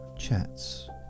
chats